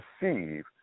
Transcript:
receive